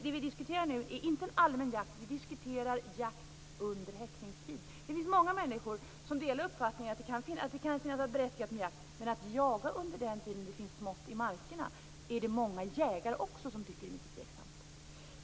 Det vi diskuterar nu är inte en allmän jakt utan jakt under häckningstid. Det finns många människor som delar uppfattningen att det kan vara berättigat med jakt. Men att jaga under den tid då det finns smått i markerna är det också många jägare som tycker är mycket tveksamt.